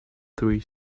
three